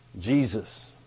Jesus